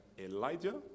Elijah